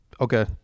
Okay